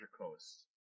Coast